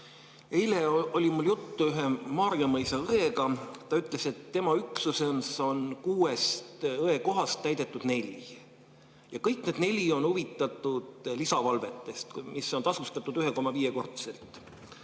Eile oli mul juttu ühe Maarjamõisa õega. Ta ütles, et tema üksuses on kuuest õekohast täidetud neli ja kõik need neli on huvitatud lisavalvetest, mis on tasustatud 1,5-kordselt.